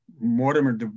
Mortimer